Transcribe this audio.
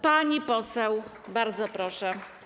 Pani poseł, bardzo proszę.